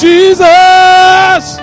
Jesus